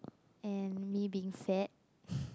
and me being fat